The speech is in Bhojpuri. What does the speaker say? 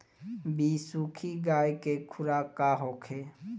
बिसुखी गाय के खुराक का होखे?